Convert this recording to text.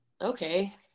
okay